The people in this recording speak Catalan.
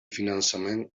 finançament